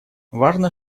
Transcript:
важно